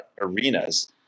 arenas